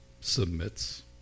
submits